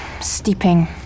steeping